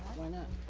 why not.